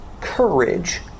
courage